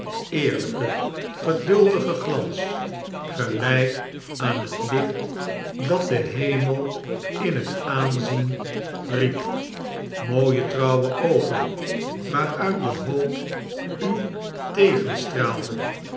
eerlijken geduldigen glans gelijk aan het licht dat de hemel in het aanzijn riep mooie trouwe oogen waaruit de hoop u